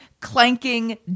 clanking